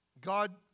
God